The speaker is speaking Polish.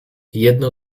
jedno